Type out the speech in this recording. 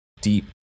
deep